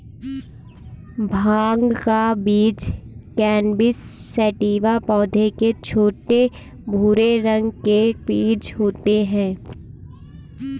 भाँग का बीज कैनबिस सैटिवा पौधे के छोटे, भूरे रंग के बीज होते है